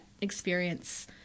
experience